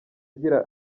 agira